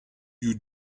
you